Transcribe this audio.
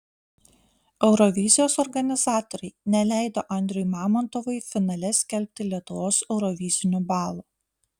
eurovizijos organizatoriai neleido andriui mamontovui finale skelbti lietuvos eurovizinių balų